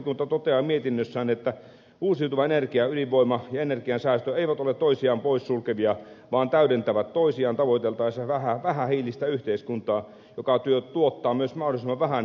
talousvaliokunta toteaa mietinnössään että uusiutuva energia ydinvoima ja energiansäästö eivät ole toisiaan poissulkevia vaan täydentävät toisiaan tavoiteltaessa vähähiilistä yhteiskuntaa joka tuottaa myös mahdollisimman vähän kasvihuonekaasupäästöjä